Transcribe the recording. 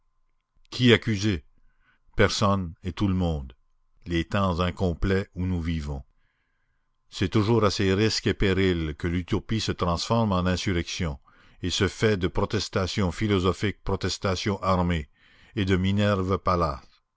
qui accuser personne et tout le monde les temps incomplets où nous vivons c'est toujours à ses risques et périls que l'utopie se transforme en insurrection et se fait de protestation philosophique protestation armée et de minerve pallas